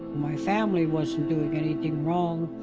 my family wasn't doing anything wrong,